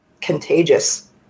contagious